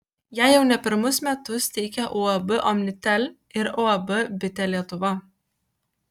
ją jau ne pirmus metus teikia uab omnitel ir uab bitė lietuva